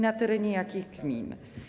Na terenie jakich gmin?